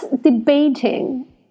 debating